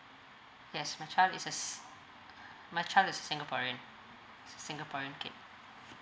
yes my child is a s~ my child is a singaporean singaporean kid